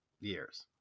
years